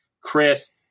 Chris